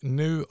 nu